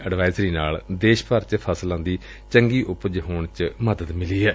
advisory ਨਾਲ ਦੇਸ਼ ਭਰ ਵਿਚ ਫਸਲਾਂ ਦੀ ਚੰਗੀ ਉਪਜ ਹੋਣ ਚ ਮਦਦ ਮਿਲੀ ਏ